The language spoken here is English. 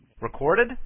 Recorded